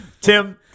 tim